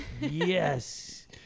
yes